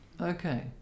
Okay